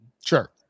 sure